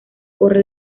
corre